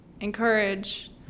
encourage